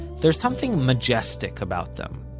there's something majestic about them.